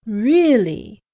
really?